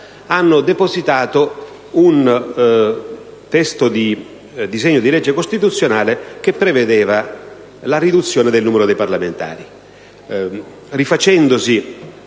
hanno depositato un disegno di legge costituzionale che prevedeva la riduzione del numero dei parlamentari,